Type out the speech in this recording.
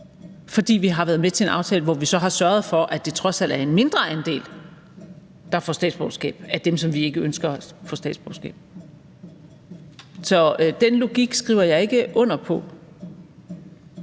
fordi vi har været med til en aftale, hvor vi så har sørget for, at det trods alt er en mindre andel af dem, som vi ikke ønsker får statsborgerskab, der får statsborgerskab? Så den logik skriver jeg ikke under på.